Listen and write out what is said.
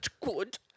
Good